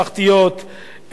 משפחתיות,